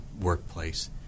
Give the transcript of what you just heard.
workplace